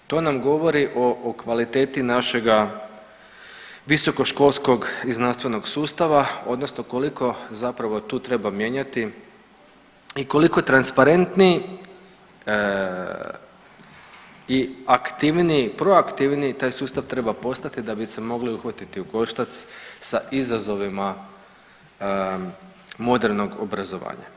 To nam govori o kvaliteti našega visokoškolskog i znanstvenog sustava odnosno koliko zapravo tu treba mijenjati i koliko transparentniji i aktivniji, proaktivniji taj sustav treba postati da bi se mogli uhvatiti u koštac sa izazovima modernog obrazovanja.